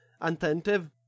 attentive